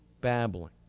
babbling